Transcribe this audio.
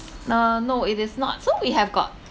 nah no it is not so we have got